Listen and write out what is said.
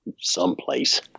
someplace